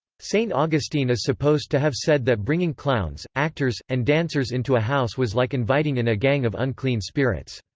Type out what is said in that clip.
st. augustine is supposed to have said that bringing clowns, actors, and dancers into a house was like inviting in a gang of unclean spirits.